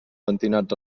pentinat